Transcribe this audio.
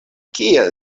kiel